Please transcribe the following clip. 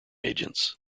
agents